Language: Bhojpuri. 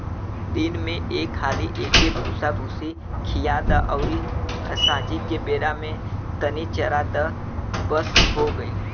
दिन में एक हाली एके भूसाभूसी खिया द अउरी सांझी के बेरा में तनी चरा द बस हो गईल